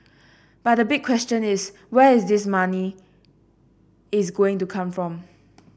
but the big question is where is this money is going to come from